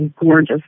gorgeous